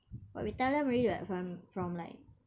but we tell them already [what] from from like